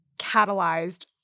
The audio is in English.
catalyzed